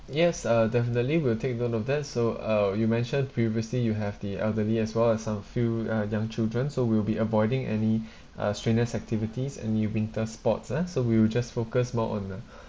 yes uh definitely we'll take note of that so uh you mentioned previously you have the elderly as well as some few uh young children so we'll be avoiding any uh strenuous activities any winter sports ah so we will just focus more on ah